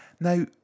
Now